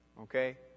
Okay